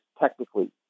technically